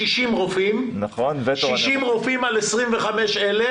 רופאים על 25,000,